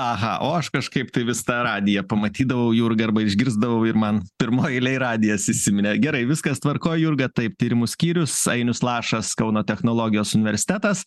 aha o aš kažkaip tai vis tą radiją pamatydavau jurga arba išgirsdavau ir man pirmoj eilėj radijas įsiminė gerai viskas tvarkoj jurga taip tyrimų skyrius ainius lašas kauno technologijos universitetas